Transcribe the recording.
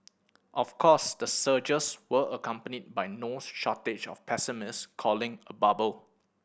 of course the surges were accompanied by no shortage of pessimist calling a bubble